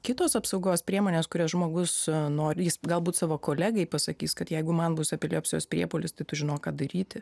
kitos apsaugos priemonės kurias žmogus nori jis galbūt savo kolegei pasakys kad jeigu man bus epilepsijos priepuolis tai tu žinok ką daryti